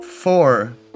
four